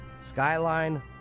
Skyline